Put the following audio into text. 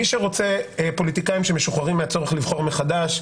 מי שרוצה פוליטיקאים שמשוחררים מהצורך לבחור מחדש,